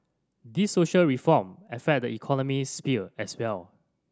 these social reform affect the economic sphere as well